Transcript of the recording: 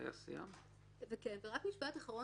משפט אחרון